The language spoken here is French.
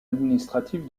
administrative